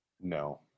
No